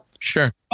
Sure